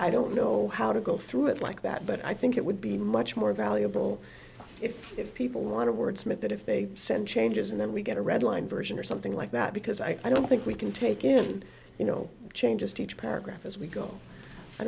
i don't know how to go through it like that but i think it would be much more valuable if if people want to wordsmith that if they send changes and then we get a red line version or something like that because i don't think we can take in you know changes to each paragraph as we go i